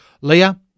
Leah